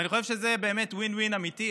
ואני חושב שזה באמת win-win אמיתי.